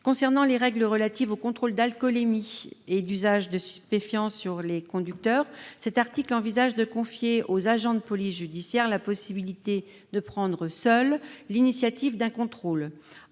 Concernant les règles relatives aux contrôles d'alcoolémie et d'usage de stupéfiants sur les conducteurs, il prévoit de confier aux agents de police judiciaire, les APJ, la possibilité de prendre seuls l'initiative d'un contrôle.